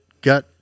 got